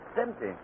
Empty